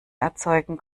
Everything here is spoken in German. erzeugen